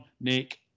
Nick